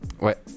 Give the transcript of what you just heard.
Ouais